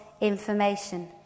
information